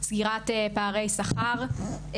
סגירת פערי שכר,